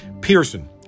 Pearson